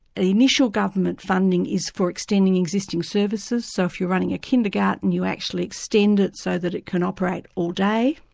initial government funding is for extending existing services, so if you're running a kindergarten, you actually extend it so that it can operate all day,